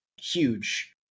huge